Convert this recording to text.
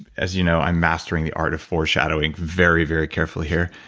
as you know, i'm mastering the art of foreshadowing very, very carefully here,